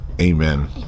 amen